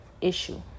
issue